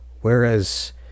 whereas